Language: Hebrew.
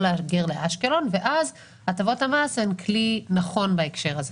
להגר לאשקלון ואז הטבות המס הן כלי נכון בהקשר הזה.